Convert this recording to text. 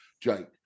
Jake